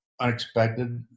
unexpected